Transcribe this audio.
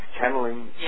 channeling